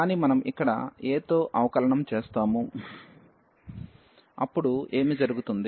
కానీ మనం ఇక్కడ a తో అవకలనం చేస్తాము అప్పుడు ఏమి జరుగుతుంది